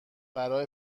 برا